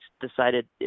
decided